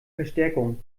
verstärkung